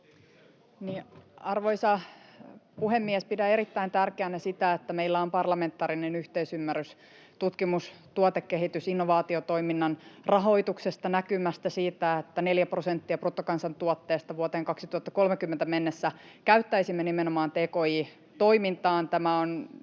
Arvoisa puhemies! Pidän erittäin tärkeänä sitä, että meillä on parlamentaarinen yhteisymmärrys tutkimus-, tuotekehitys-, innovaatiotoiminnan rahoituksesta, näkymästä siitä, että käyttäisimme neljä prosenttia bruttokansantuotteesta vuoteen 2030 mennessä nimenomaan tki-toimintaan.